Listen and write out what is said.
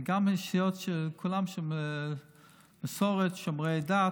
זה גם של סיעות שכולם שם שומרי מסורת, שומרי דת,